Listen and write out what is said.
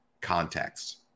context